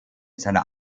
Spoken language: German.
seiner